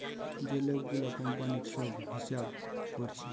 যে লোক গুলা কোম্পানির সব হিসাব কোরছে